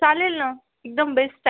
चालेल ना एकदम बेस्ट आहे